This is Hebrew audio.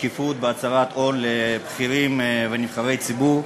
שקיפות בהצהרת הון לבכירים ונבחרי ציבור.